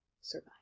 survive